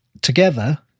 Together